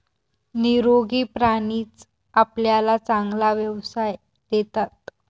निरोगी प्राणीच आपल्याला चांगला व्यवसाय देतात